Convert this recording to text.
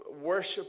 worship